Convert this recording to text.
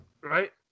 Right